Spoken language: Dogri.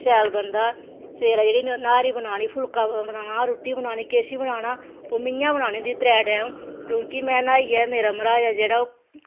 शैल बनदा सवेरे जेह्ड़ी न्हारी बनानी फुल्का बनाना रुट्टी बनानी किश बी बनाना ते मीं गै बनानी होंदी त्रैऽ टैम क्योंकि में न्हाइयै मेरा मरहाज ऐ जेह्ड़ा ओह्